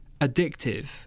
addictive